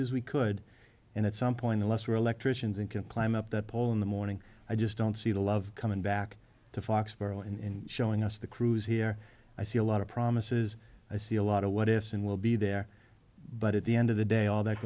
as we could and at some point a lesser electricians and can climb up that poll in the morning i just don't see the love coming back to foxboro in showing us the crews here i see a lot of promises i see a lot of what ifs and will be there but at the end of the day all that